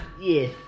Yes